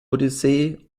odyssee